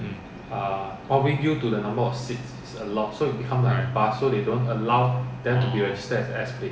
mm right orh